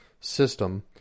system